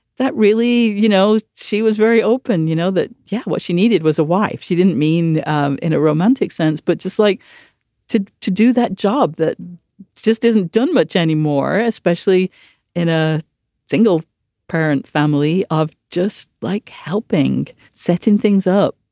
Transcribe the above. that really, you know, she was very open. you know that. yeah. what she needed was a wife. she didn't mean um in a romantic sense, but just like to to do that job that just isn't done much anymore, especially in a single parent family of just like helping setting things up.